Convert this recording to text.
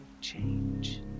change